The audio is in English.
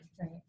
right